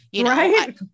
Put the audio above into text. Right